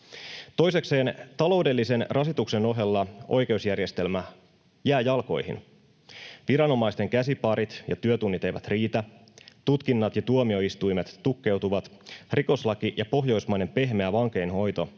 Toisekseen taloudellisen rasituksen ohella oikeusjärjestelmä jää jalkoihin. Viranomaisten käsiparit ja työtunnit eivät riitä, tutkinnat ja tuomioistuimet tukkeutuvat, rikoslaki ja pohjoismainen pehmeä vankeinhoito